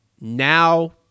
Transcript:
now